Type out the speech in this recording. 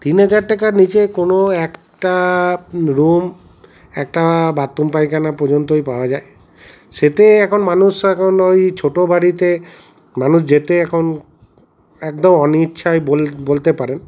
তিন হাজার টাকার নীচে কোনো একটা রুম একটা বাথরুম পায়খানা পর্যন্তই পাওয়া যায় সেটাই এখন মানুষ এখন ওই ছোটো বাড়িতে মানুষ যেতে এখন একদম অনিচ্ছায় বলতে পারেন